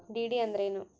DD ಅಂದ್ರೇನು?